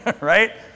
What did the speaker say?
Right